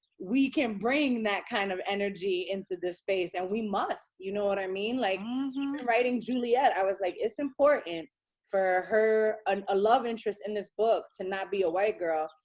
we can bring that kind of energy into this space, and we must. you know what i mean? like even writing juliet. i was like, it's important for her um a love interest in this book to not be a white girl.